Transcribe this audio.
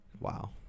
Wow